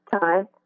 time